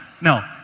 No